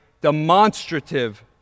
demonstrative